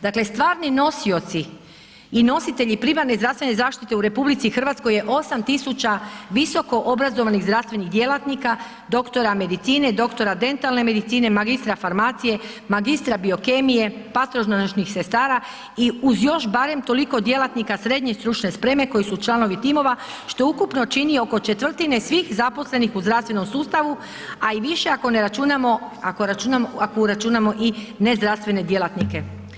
Dakle stvarni nosioci i nositelji primarne zdravstvene zaštite u RH je 8 tisuća visoko obrazovanih zdravstvenih djelatnika, dr. medicine, dr. dentalne medicine, magistra farmacije, magistra biokemije, patronažnih sestara i uz još barem toliko djelatnika srednje stručne spreme koji su članovi timova što ukupno čini oko četvrtine svih zaposlenih u zdravstvenom sustavu a i više ako ne računamo, ako uračunamo i ne zdravstvene djelatnike.